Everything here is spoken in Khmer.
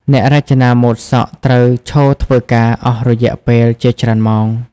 អ្នករចនាម៉ូដសក់ត្រូវឈរធ្វើការអស់រយៈពេលជាច្រើនម៉ោង។